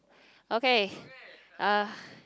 okay uh